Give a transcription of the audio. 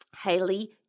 Hayley